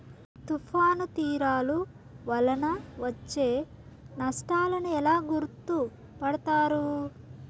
తుఫాను తీరాలు వలన వచ్చే నష్టాలను ఎలా గుర్తుపడతారు?